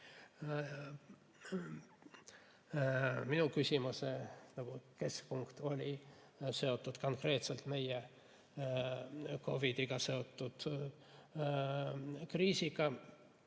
minu küsimuse keskpunkt oli seotud konkreetselt COVID-iga seotud kriisiga.